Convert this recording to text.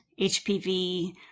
HPV